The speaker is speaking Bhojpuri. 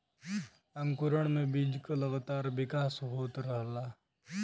अंकुरण में बीज क लगातार विकास होत रहला